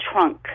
trunk